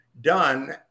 done